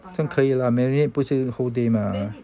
这样可以啦 marinate 不是 whole day mah